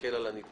מסתכל על הנתבע.